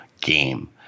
game